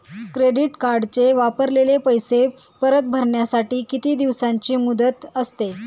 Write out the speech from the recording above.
Credit कार्डचे वापरलेले पैसे परत भरण्यासाठी किती दिवसांची मुदत असते?